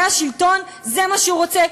זה השלטון, זה מה שהוא רוצה?